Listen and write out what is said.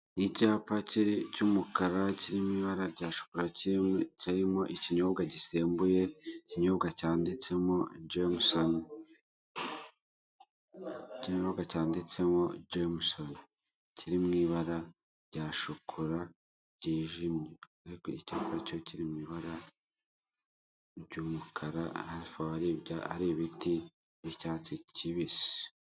Icyapa cy'umukara kiri mu ibara rya shokora kiriho ikinyobwa gisembuye, ikinyobwa cyanditsemo jemusoni. N'ikinyobwa cya jemusoni kir mu ibara rya shokora ryijimye ariko icyo cyapa kir mu ibara ry'umukara hafi aho hari ibiti by'icyatsi kibisi.